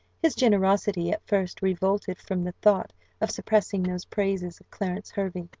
his generosity at first revolted from the thought of suppressing those praises of clarence hervey,